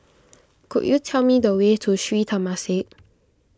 could you tell me the way to Sri Temasek